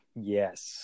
Yes